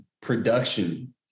production